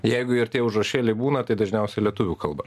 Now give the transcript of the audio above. jeigu ir tie užrašėliai būna tai dažniausiai lietuvių kalba